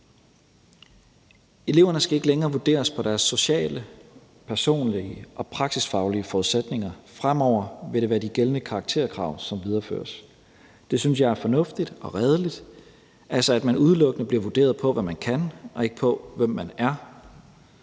Eleverne skal ikke længere vurderes på deres sociale, personlige og praksisfaglige forudsætninger. Fremover vil det være de gældende karakterkrav, som videreføres. Det synes jeg er fornuftigt og redeligt, altså at man udelukkende bliver vurderet på, hvad man kan, og ikke på, hvem man er.